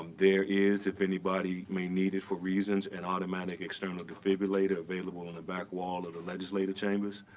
there is, if anybody may need it for reasons, an automatic external defibrillator available on the back wall of the legislative chambers.